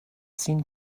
seen